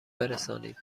برسانید